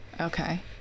Okay